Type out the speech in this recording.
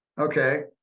Okay